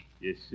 Yes